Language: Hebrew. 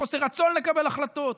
בחוסר רצון לקבל החלטות,